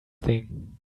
thing